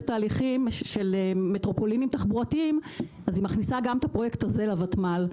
תהליכים מטרופולינים תחבורתיים אז היא מכניסה גם את הפרויקט הזה ל-ותמ"ל.